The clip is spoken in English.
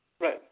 Right